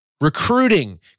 Recruiting